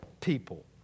people